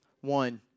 One